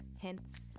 hints